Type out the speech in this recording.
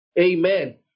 amen